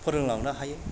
फोरोंलांनो हायो